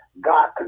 god